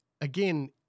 again